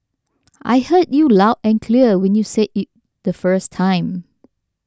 I heard you loud and clear when you said it the first time